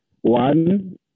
One